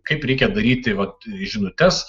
kaip reikia daryti vat žinutes